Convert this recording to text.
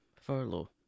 Furlough